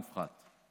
מס מופחת.